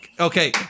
Okay